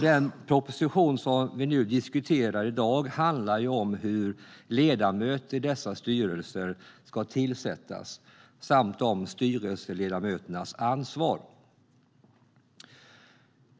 Den proposition vi diskuterar i dag handlar om hur ledamöter i dessa styrelser ska tillsättas samt om styrelseledamöternas ansvar.